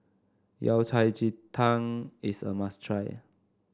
Yao Cai Ji Tang is a must try